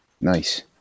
Nice